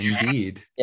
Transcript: indeed